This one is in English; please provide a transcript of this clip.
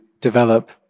develop